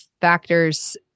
factors